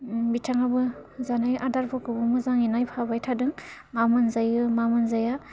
बिथाङाबो जानाय आदारफोरखौ मोजाङै नायफाबाय थादों मा मोनजायो मा मोनजाया